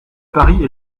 paris